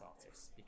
artists